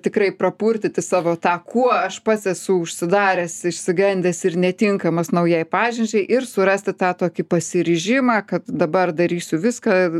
tikrai papurtyti savo tą kuo aš pats esu užsidaręs išsigandęs ir netinkamas naujai pažinčiai ir surasti tą tokį pasiryžimą kad dabar darysiu viską